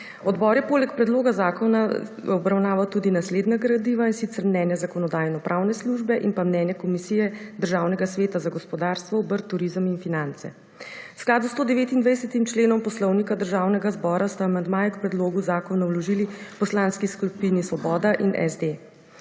Odbor je poleg predloga zakona obravnaval tudi naslednja gradiva, in sicer, mnenje Zakonodajno-pravne službe in pa mnenje Komisije Državnega sveta za gospodarstvo, obrt, turizem in finance. V skladu s 129. členom Poslovnika Državnega zbora sta amandmaje k predlogu zakona vložili Poslanski skupini Svoboda in SD.